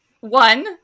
One